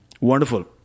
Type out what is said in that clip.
Wonderful